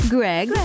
Greg